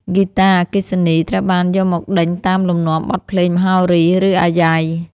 ហ្គីតាអគ្គិសនី ត្រូវបានយកមកដេញតាមលំនាំបទភ្លេងមហោរី ឬអាយ៉ៃ។